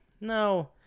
no